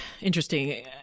interesting